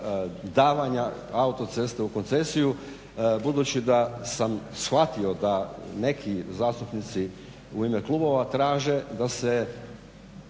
davanja autoceste u koncesiju budući da sam shvatio da neki zastupnici u ime klubova traže da se